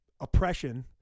oppression